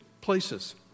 places